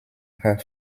her